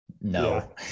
no